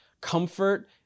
comfort